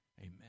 Amen